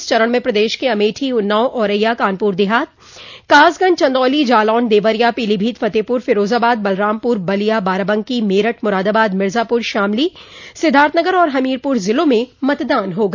इस चरण में प्रदेश के अमेठी उन्नाव औरैया कानपुर देहात कासगंज चन्दौली जालौन देवरिया पीलीभत फतेहपुर फिरोजाबाद बलरामपुर बलिया बाराबंकी मेरठ मुरदाबाद मिर्जापुर शामली सिद्धार्थनगर और हमीरपुर जिलों में मतदान होगा